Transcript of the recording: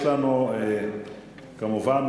כמובן,